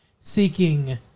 seeking